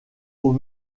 aux